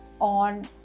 on